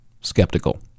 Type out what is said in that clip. skeptical